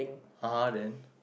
[huh] then